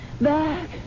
back